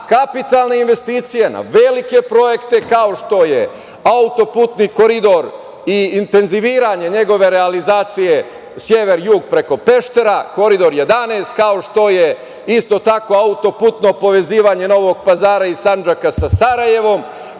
kapitalne investicije, na velike projekte, kao što je autoputni Koridor i intenziviranje njegove realizacije sever-jug preko Peštera, Koridor 11, kao što je autoputno povezivanje Novog Pazara i Sandžaka sa Sarajevom,